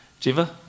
Jiva